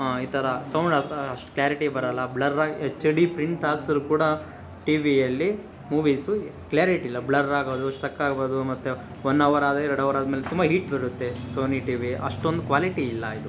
ಈ ಥರ ಸೌಂಡ್ ಅಷ್ಟು ಕ್ಲಾರಿಟಿ ಬರಲ್ಲ ಬ್ಲರ್ ಆಗಿ ಎಚ್ ಡಿ ಪ್ರಿಂಟ್ ಹಾಕಿಸಿದ್ರು ಕೂಡ ಟಿ ವಿಯಲ್ಲಿ ಮೂವೀಸ್ ಕ್ಲಾರಿಟಿ ಇಲ್ಲ ಬ್ಲರ್ರಾಗೋದು ಸ್ಟ್ರಕಾಗೋದು ಮತ್ತು ವನ್ ಹವರ್ ಆದರೆ ಎರಡು ಹವರ್ ಆದಮೇಲೆ ತುಂಬ ಹೀಟ್ ಬರುತ್ತೆ ಸೋನಿ ಟಿ ವಿ ಅಷ್ಟೊಂದು ಕ್ವಾಲಿಟಿ ಇಲ್ಲ ಇದು